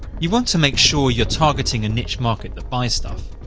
you want to make sure you are targeting a niche market that buys stuff.